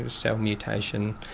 cell mutation,